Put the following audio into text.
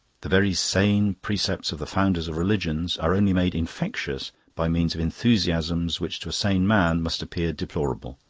the very sane precepts of the founders of religions are only made infectious by means of enthusiasms which to a sane man must appear deplorable.